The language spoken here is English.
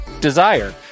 Desire